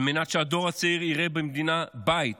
כדי שהדור הצעיר יראה במדינה בית